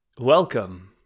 Welcome